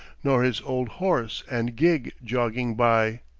nor his old horse and gig jogging by.